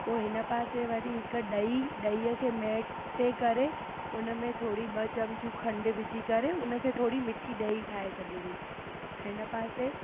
पोइ हिन पासे वरी हिकु ॾही ॾही खे महिटे करे उन में थोरी ॿ चमचूं खंडु विझी करे उन खे थोरी मिठी ॾही ठाहे छॾिणी हिन पासे